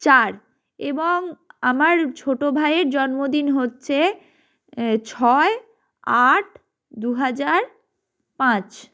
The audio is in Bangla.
চার এবং আমার ছোটো ভাইয়ের জন্মদিন হচ্ছে ছয় আট দু হাজার পাঁচ